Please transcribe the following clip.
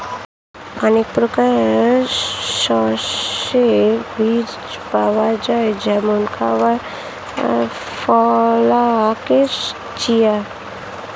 অনেক প্রকারের শস্যের বীজ পাওয়া যায় যেমন খাবারের ফ্লাক্স, চিয়া